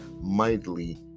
mightily